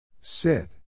Sit